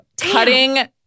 cutting